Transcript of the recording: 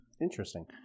interesting